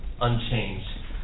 unchanged